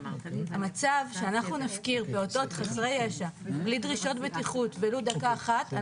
המצב שאנחנו נפקיר פעוטות חסרי ישע בלי דרישות בטיחות ולו דקה אחת,